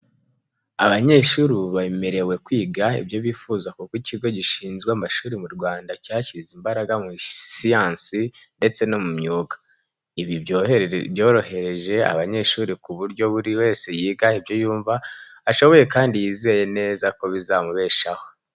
Abanyeshuri ubu bemerewe kwiga ibyo bifuza kuko ikigo gishinzwe amashuri mu Rwanda cyashyize imbaraga muri siyansi ndetse no mu myuga. Ibi byorohereje abanyeshuri ku buryo buri wese yiga ibyo yumva ashoboye kandi yizeye neza ko bizamubeshaho.